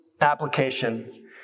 application